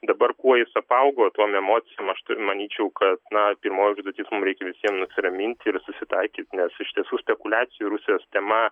dabar kuo jis apaugo tom emocijom aš turiu manyčiau kad na pirmoji užduotis mum reikia visiem nusiramint ir susitaikyt nes iš tiesų spekuliacijų rusijos tema